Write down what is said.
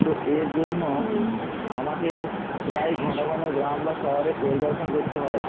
তো এর জন্য আমাকে প্রায়ই ঘন ঘন গ্রাম বা শহরে পরিদর্শন করতে হয়